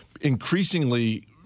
Increasingly